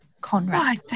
Conrad